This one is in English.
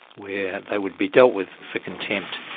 where they would be dealt with for contempt.